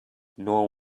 nor